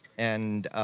and